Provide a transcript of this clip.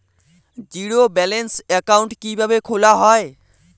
Zero balance account কিভাবে খোলা হয়?